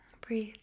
Breathe